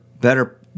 better